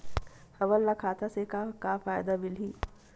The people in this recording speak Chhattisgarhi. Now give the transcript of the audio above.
हमन ला खाता से का का फ़ायदा मिलही?